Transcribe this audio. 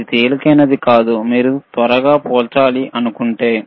ఇది తేలికైనది కాదు మీరు త్వరగా పోల్చాలనుకుంటే